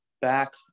back